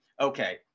Okay